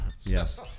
Yes